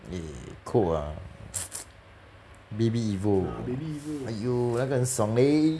eh colt ah baby evo !wah! !aiyo! 那个很爽 leh